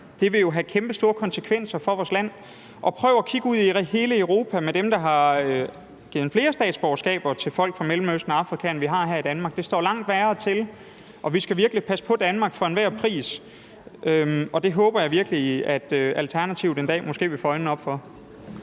Det vil jo have kæmpestore konsekvenser for vores land. Prøv at kigge ud i hele Europa på dem, der har givet flere statsborgerskaber til folk fra Mellemøsten og Afrika, end vi har gjort her i Danmark – det står langt værre til. Vi skal virkelig passe på Danmark for enhver pris, og det håber jeg virkelig at Alternativet en dag måske vil få øjnene op for.